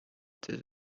did